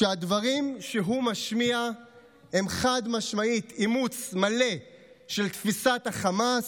והדברים שהוא משמיע הם חד-משמעית אימוץ מלא של תפיסת חמאס,